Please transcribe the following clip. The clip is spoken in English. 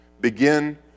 Begin